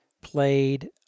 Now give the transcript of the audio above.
played